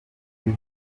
biva